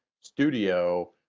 studio